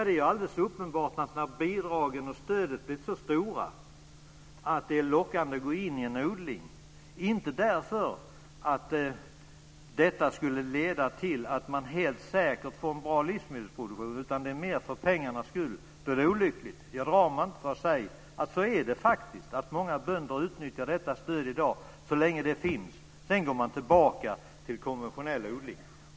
Det är alldeles uppenbart att det är olyckligt när bidragen och stöden blivit så stora att det är lockande att gå in i en typ av odling, inte för att det skulle leda till att helt säkert få en bra livsmedelsproduktion utan mer för pengarnas skull. Jag drar mig inte för att säga att många bönder utnyttjar detta stöd så länge det finns. Sedan går man tillbaka till konventionell odling.